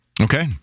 Okay